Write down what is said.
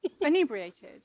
Inebriated